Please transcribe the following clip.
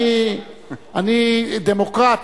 אני דמוקרט,